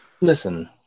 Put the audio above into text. Listen